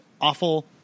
awful